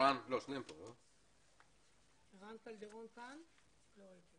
הרב הקדימו את המליאה והיא מתחילה